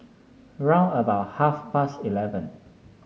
round about half past eleven